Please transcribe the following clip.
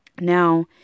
now